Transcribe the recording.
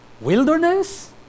Wilderness